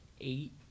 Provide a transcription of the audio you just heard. eight